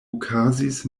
okazis